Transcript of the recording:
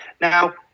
Now